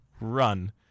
run